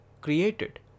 created